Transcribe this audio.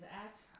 Act